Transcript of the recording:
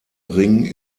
ring